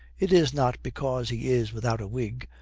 it is not because he is without a wig,